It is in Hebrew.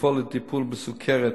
תרופות לטיפול בסוכרת